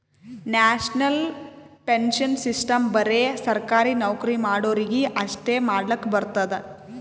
national pension system ಬರೆ ಸರ್ಕಾರಿ ನೌಕರಿ ಮಾಡೋರಿಗಿ ಅಷ್ಟೇ ಮಾಡ್ಲಕ್ ಬರ್ತುದ್